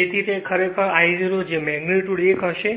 તેથી તે ખરેખર I 0 જે મેગ્નિટ્યુડ 1 હશે